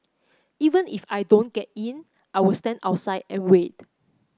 even if I don't get in I'll stand outside and wait